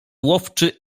łowczy